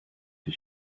for